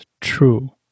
true